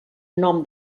nom